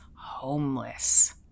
homeless